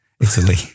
Italy